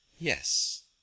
Yes